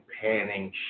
panning